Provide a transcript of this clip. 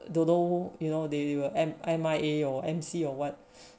don't know you know they they will M_I_A or M_C or what